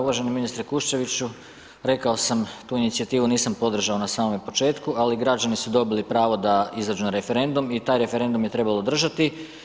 Uvaženi ministre Kuščeviću, rekao sam, tu inicijativu nisam podržao na samome početku, ali građani su dobili pravo da izađu na referendum i taj referendum je trebalo održati.